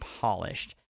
polished